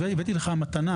הבאתי לך מתנה.